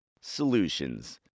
Solutions